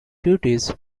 duties